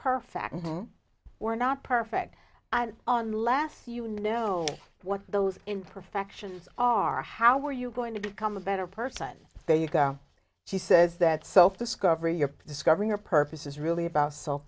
perfect and we're not perfect on last you know what those imperfections are how were you going to become a better person there you go she says that self discovery you're discovering your purpose is really about self